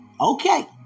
Okay